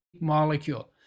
molecule